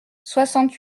soixante